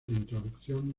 introducción